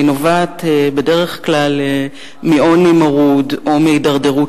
והיא נובעת בדרך כלל מעוני מרוד או מהידרדרות